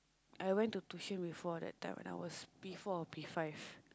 I went to tuition before that time when I was P-four or P-five